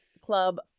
Club